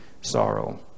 sorrow